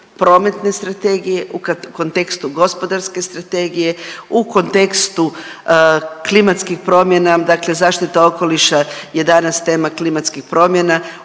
Prometne strategije, u kontekstu Gospodarske strategije, u kontekstu klimatskih promjena dakle zaštita okoliša je danas tema klimatskih promjena,